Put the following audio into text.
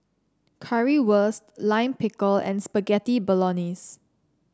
Currywurst Lime Pickle and Spaghetti Bolognese